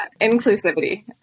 Inclusivity